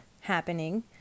happening